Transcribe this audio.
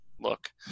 Look